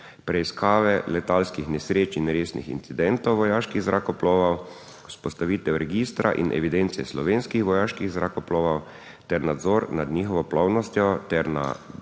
preiskave letalskih nesreč in resnih incidentov vojaških zrakoplovov, vzpostavitev registra in evidence slovenskih vojaških zrakoplovov ter nadzor nad njihovo plovnostjo ter na